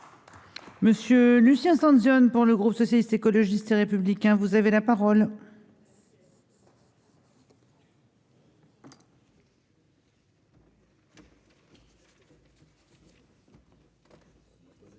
Monsieur Lucien 100 pour le groupe socialiste, écologiste et républicain, vous avez la parole. C'est